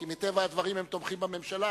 כי מטבע הדברים הם תומכים בממשלה,